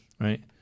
Right